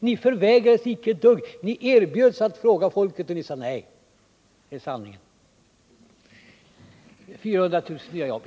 Ni förvägrades icke ett dugg. Ni erbjöds att fråga folket, och ni sade nej. Det är sanningen. 400 000 nya jobb.